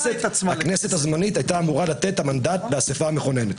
הכנסת הזמנית הייתה אמורה לתת את המנדט באסיפה המכוננת.